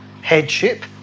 Headship